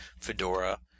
Fedora